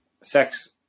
sex